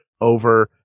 over